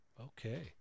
Okay